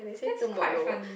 that's quite funny